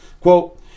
quote